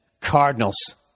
Cardinals